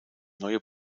neue